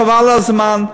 חבל על הזמן,